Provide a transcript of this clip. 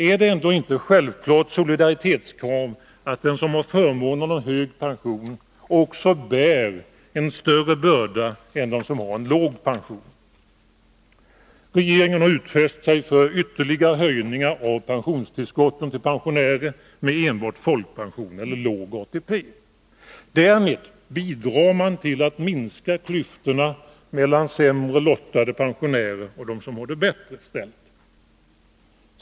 Är det ändå inte ett självklart solidaritetskrav att den som har förmånen av hög pension också skall bära en större börda än den som har låg pension? Regeringen har utfäst sig att företa en ytterligare höjning av pensionstillskottet till pensionärer med enbart folkpension eller låg ATP. Därmed bidrar man till att minska klyftorna mellan sämre lottade pensionärer och dem som har det bättre ställt.